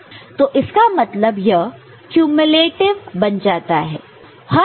तो इसका मतलब यह क्यूम्यूलेटिव़ बन जाता है